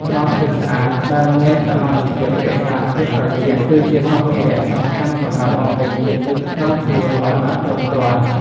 ដបទឹកស្អាតដែលមានសមត្ថភាពរក្សាភាពត្រជាក់ គឺជាសម្ភារៈសំខាន់សម្រាប់បំពេញជាតិទឹកក្នុងខ្លួនឱ្យបានគ្រប់គ្រាន់។